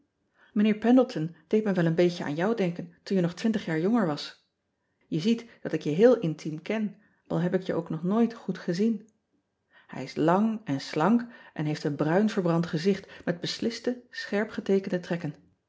ijnheer endleton deed mij wel een beetje aan jou denken toen je nog twintig jaar jonger was e ziet dat ik je heel intiem ken al heb ik je ook nog nooit goed gezien ij is lang en slank en heeft een bruin verbrand gezicht met besliste scherp geteekende trekken